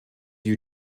you